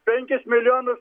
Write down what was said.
penkis milijonus